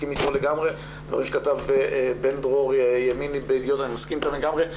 דברים שכתב בן דרור ימיני אני מסכים איתם לגמרי,